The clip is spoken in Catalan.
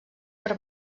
per